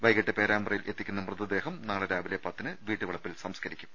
വൈകീട്ട് പേരാമ്പ്രയിൽ എത്തിക്കുന്ന മൃതദേഹം നാളെ രാവിലെ പത്തിന് വീട്ടുവളപ്പിൽ സംസ്ക്കരിക്കും